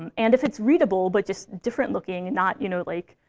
um and if it's readable but just different-looking, and not, you know, like